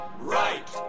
right